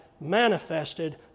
manifested